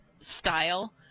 style